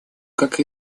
как